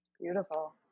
Beautiful